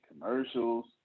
commercials